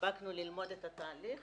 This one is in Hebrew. הספקנו ללמוד את התהליך